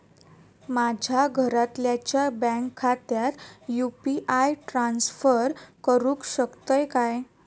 माझ्या घरातल्याच्या बँक खात्यात यू.पी.आय ट्रान्स्फर करुक शकतय काय?